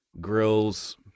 grills